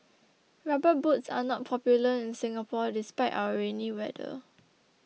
rubber boots are not popular in Singapore despite our rainy weather